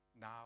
now